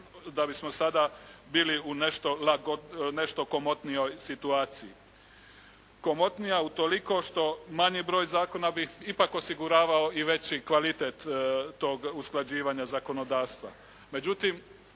da bismo sada bili u nešto komotnijoj situaciji. Komotnija utoliko što manji broj zakona bi ipak osiguravao i veći kvalitet tog usklađivanja zakonodavstva. Međutim,